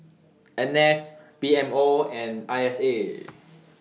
N S P M O and I S A